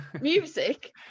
Music